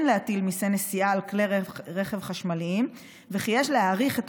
להטיל מיסי נסיעה על כלי רכב חשמליים וכי יש להאריך את